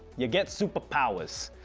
ya get super powers.